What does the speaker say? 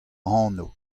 anv